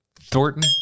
Thornton